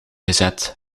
gezet